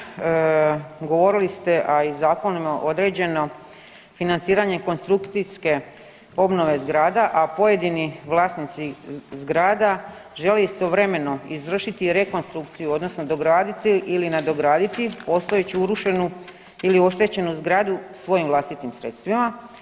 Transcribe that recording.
Kolega Ćosić, govorili ste a i zakonima je određeno financiranje konstrukcijske obnove zgrada, a pojedini vlasnici zgrada žele istovremeno izvršiti rekonstrukciju, odnosno dograditi ili nadograditi postojeću urušenu ili oštećenu zgradu svojim vlastitim sredstvima.